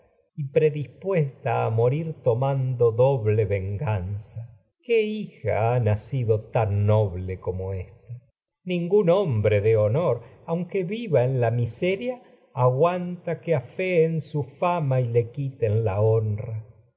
predispuesta ha morir tomando doble noble como venganza qué hija de nacido tan aunque y ésta ningún hombre que honor su viva en la miseria oh aguanta afeen fama le quiten la honra